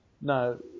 no